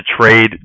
trade